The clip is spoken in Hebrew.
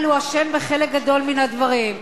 אבל הוא אשם בחלק גדול מן הדברים.